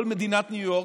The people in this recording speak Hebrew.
כל מדינת ניו יורק,